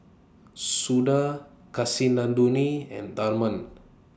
Suda Kasinadhuni and Tharman